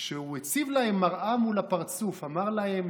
כשהוא הציב להם מראה מול הפרצוף, ואמר להם: